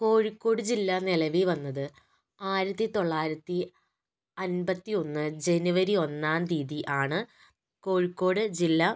കോഴിക്കോട് ജില്ല നിലവിൽ വന്നത് ആയിരത്തി തൊള്ളായിരത്തി അൻപത്തിയൊന്ന് ജനുവരി ഒന്നാം തിയതി ആണ് കോഴിക്കോട് ജില്ല